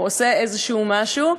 או עושה איזשהו משהו,